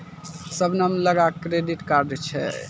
शबनम लगां credit card छै